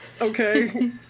Okay